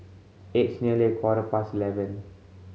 its nearly a quarter past eleven